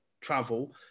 travel